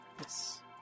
Yes